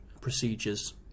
procedures